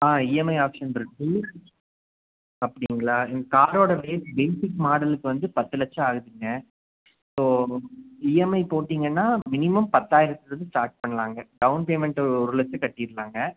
ஆ EMI option இருக்கு அப்படிங்களா காரோட பே பேசிக் மாடலுக்கு வந்து பத்து லட்சம் ஆகுதுங்க ஸோ இஎம்ஐ போட்டிங்கன்னா மினிமம் பத்தாயிரத்துலந்து ஸ்டார்ட் பண்ணலாங்க டவுன் பேமண்ட்டு ஒரு லட்சம் கட்டிடலாங்க